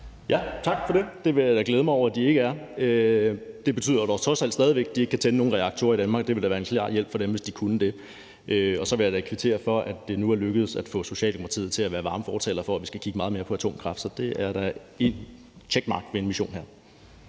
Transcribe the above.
(LA): Tak for det. Det vil jeg da glæde mig over at de ikke er. Det betyder dog trods alt stadig væk, at de ikke kan tænde nogen reaktorer i Danmark, og det ville da være en klar hjælp for dem, hvis de kunne det. Så vil jeg kvittere for, at det nu er lykkedes at få Socialdemokratiet til at være varme fortalere for, at vi skal kigge meget mere på atomkraft. Så det er da et check mark ved en mission her.